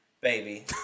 baby